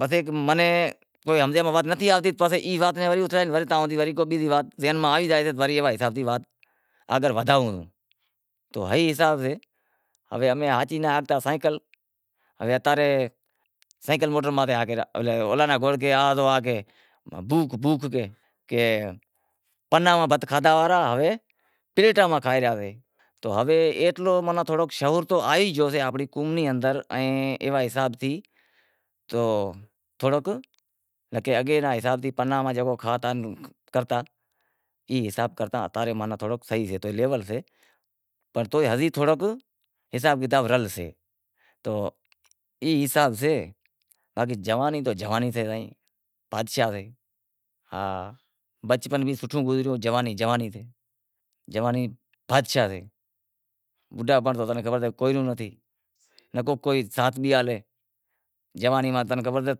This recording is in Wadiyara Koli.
بدہے منیں کو ہمزے میں وات نتھی آوتی تو ای وات نیں وری اتھلائے وری بیزی وات ذہن میں آوی زائے تو اگر ودھائوں، تو ہئی حساب سے کہ امیں ہاچی ناں ہاکلے سگھتا سینکل ہوے اتاں رے سینکل موٹر ہاکے رہیا ای حساب کرتا اتارے تھوڑو صحیح تھیتو لیول سے باقی جوانی تو جوانی سے بادشاہی سے، نکو کوئی ساتھ بھی ہالے